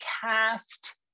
cast